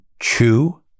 chew